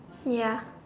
ya